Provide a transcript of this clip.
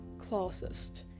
classist